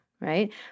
right